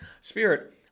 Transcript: spirit